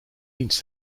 dienst